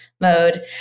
mode